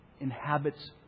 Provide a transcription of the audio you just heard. inhabits